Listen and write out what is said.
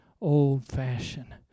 old-fashioned